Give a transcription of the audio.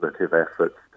efforts